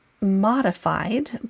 modified